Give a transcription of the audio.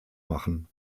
machen